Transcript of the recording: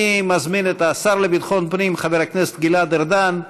אני מזמין את השר לביטחון פנים חבר הכנסת גלעד ארדן,